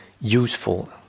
useful